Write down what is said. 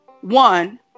One